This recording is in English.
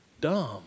dumb